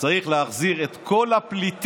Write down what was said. שצריך להחזיר את כל הפליטים